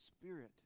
Spirit